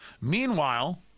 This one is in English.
Meanwhile